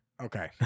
Okay